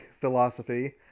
philosophy